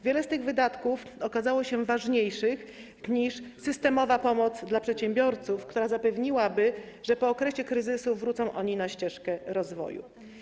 Wiele z tych wydatków okazało się ważniejszych niż systemowa pomoc dla przedsiębiorców, która zapewniłaby, że po okresie kryzysu wrócą oni na ścieżkę rozwoju.